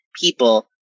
people